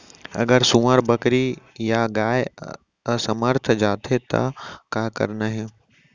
अगर सुअर, बकरी या गाय असमर्थ जाथे ता का करना हे?